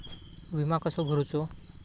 विमा कसो भरूचो?